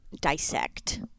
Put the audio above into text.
Dissect